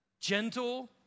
Gentle